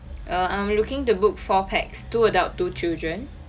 err I'm looking to book four pax two adult two children